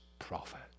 prophet